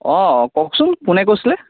অ' কওঁকচোনকোনে কৈছিলে